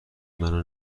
منو